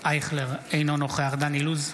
אייכלר, אינו נוכח דן אילוז,